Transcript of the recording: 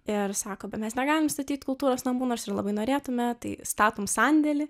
ir sako bet mes negalim statyti kultūros namų nors ir labai norėtume tai statom sandėlį